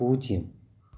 പൂജ്യം